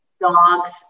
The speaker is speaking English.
dogs